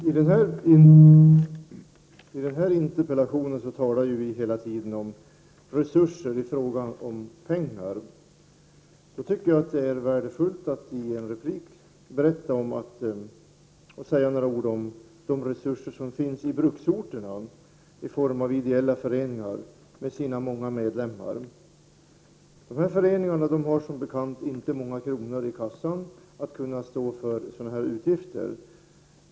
Fru talman! I den här interpellationen talas ju hela tiden om resurser i fråga om pengar. Då tycker jag att det är värdefullt att i en replik säga några ord om de resurser som finns på bruksorterna i form av ideella föreningar med deras många medlemmar. Dessa föreningar har som bekant inte många kronor i kassan när det gäller att stå för sådana här utgifter.